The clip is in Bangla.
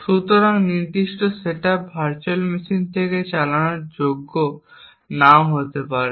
সুতরাং এই নির্দিষ্ট সেটআপটি ভার্চুয়াল মেশিন থেকে চালানোর যোগ্য নাও হতে পারে